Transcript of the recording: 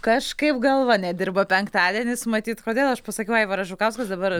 kažkaip galva nedirba penktadienis matyt kodėl aš pasakiau aivaras žukauskas dabar